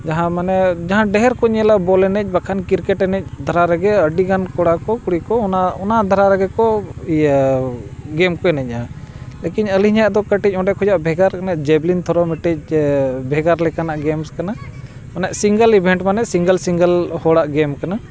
ᱡᱟᱦᱟᱸ ᱢᱟᱱᱮ ᱡᱟᱦᱟᱸ ᱰᱷᱮᱨ ᱠᱚ ᱧᱮᱞᱟ ᱵᱚᱞ ᱮᱱᱮᱡ ᱵᱟᱠᱷᱟᱱ ᱠᱨᱤᱠᱮᱴ ᱮᱱᱮᱡ ᱫᱷᱟᱨᱟ ᱨᱮᱜᱮ ᱟᱹᱰᱤ ᱜᱟᱱ ᱠᱚᱲᱟ ᱠᱚ ᱠᱩᱲᱤ ᱠᱚ ᱚᱱᱟ ᱚᱱᱟ ᱫᱷᱟᱨᱟ ᱨᱮᱜᱮ ᱠᱚ ᱤᱭᱟᱹ ᱜᱮᱢ ᱠᱚ ᱮᱱᱮᱡ ᱟ ᱞᱮᱠᱤᱱ ᱟᱹᱞᱤᱧᱟᱜ ᱫᱚ ᱠᱟᱹᱴᱤᱡ ᱚᱸᱰᱮ ᱠᱷᱚᱱᱟᱜ ᱵᱷᱮᱜᱟᱨ ᱚᱱᱟ ᱡᱮᱵᱽᱞᱤᱱ ᱛᱷᱨᱳ ᱢᱤᱫᱴᱤᱡ ᱵᱷᱮᱜᱟᱨ ᱞᱮᱠᱟᱱᱟᱜ ᱜᱮᱢᱥ ᱠᱟᱱᱟ ᱚᱱᱟ ᱥᱤᱝᱜᱮᱞ ᱤᱵᱷᱮᱱᱴ ᱢᱟᱱᱮ ᱥᱤᱝᱜᱮᱞ ᱥᱤᱝᱜᱮᱞ ᱦᱚᱲᱟᱜ ᱜᱮᱢ ᱠᱟᱱᱟ